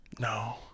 No